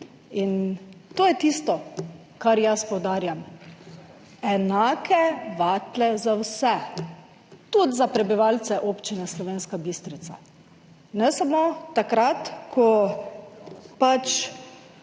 To je tisto, kar jaz poudarjam, enake vatle za vse, tudi za prebivalce Občine Slovenska Bistrica. Ne samo takrat, ko